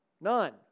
None